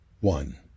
One